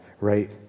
right